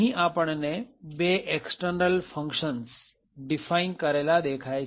અહીં આપણને બે એક્ષ્તર્નલ ફંક્શન ડિફાઇન કરેલા દેખાય છે